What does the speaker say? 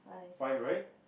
five right